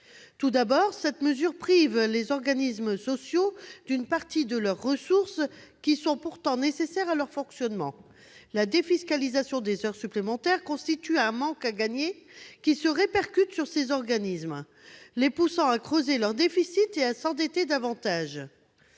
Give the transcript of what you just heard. Tout d'abord, elle prive les organismes sociaux d'une partie des ressources pourtant nécessaires à leur fonctionnement. La défiscalisation des heures supplémentaires constitue un manque à gagner, qui se répercute sur ces organismes, les conduisant à creuser leurs déficits et à s'endetter davantage.